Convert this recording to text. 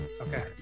Okay